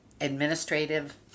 administrative